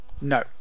No